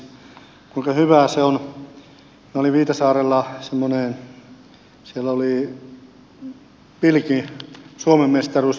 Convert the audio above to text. meillä oli viitasaarella semmoiset pilkin suomen mestaruuskilpailut